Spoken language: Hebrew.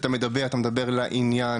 כשאתה מדבר את מדבר לעניין,